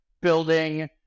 building